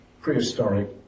prehistoric